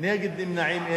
אין נגד ונמנעים.